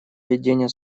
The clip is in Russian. введения